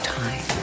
time